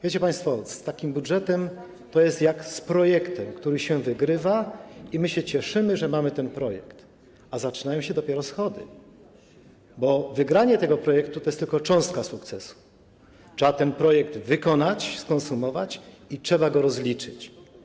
Wiecie państwo, z takim budżetem to jest jak z projektem, który się wygrywa, i my się cieszymy, że mamy ten projekt, a dopiero zaczynają się schody, bo wygranie tego projektu to jest tylko cząstka sukcesu, trzeba ten projekt wykonać, skonsumować i trzeba go rozliczyć.